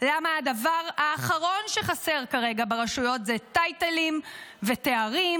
למה הדבר האחרון שחסר כרגע ברשויות זה טייטלים ותארים,